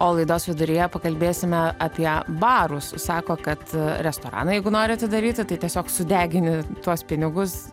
o laidos viduryje pakalbėsime apie barus sako kad restoraną jeigu nori atidaryti tai tiesiog sudegini tuos pinigus